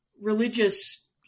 religious